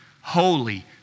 holy